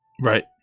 right